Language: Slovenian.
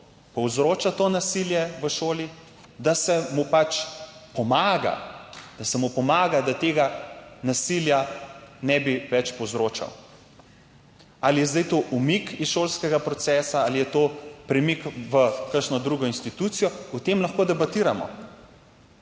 povzroča to nasilje v šoli, pač pomaga, da se mu pomaga, da tega nasilja ne bi več povzročal. Ali je zdaj to umik iz šolskega procesa ali je to premik v kakšno drugo institucijo, o tem lahko debatiramo.